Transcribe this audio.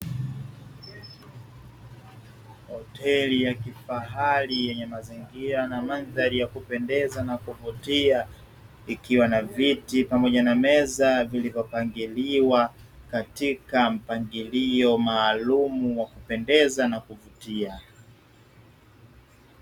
Hoteli ya kifahali yenye mazingira na mandhari ya kupendeza na kuvutia, ikiwa na viti pamoja na meza zilizopangiliwa katika mpangilio maalumu wa kupendeza na kuvutia.